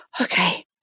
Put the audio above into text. okay